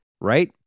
right